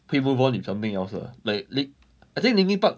会 move on in something else lah like lin~ I think linkin park